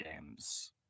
games